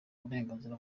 uburenganzira